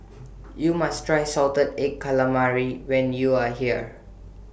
YOU must Try Salted Egg Calamari when YOU Are here